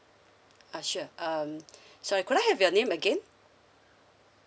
uh sure um sorry could I have your name again